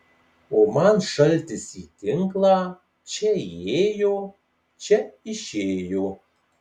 o man šaltis į tinklą čia įėjo čia išėjo